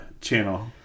channel